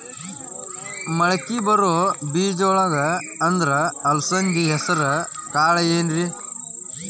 ಮಳಕಿ ಬರೋ ಬೇಜಗೊಳ್ ಅಂದ್ರ ಅಲಸಂಧಿ, ಹೆಸರ್ ಕಾಳ್ ಏನ್ರಿ?